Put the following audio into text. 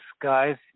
guys